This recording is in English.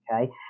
okay